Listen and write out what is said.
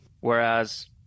Whereas